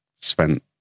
spent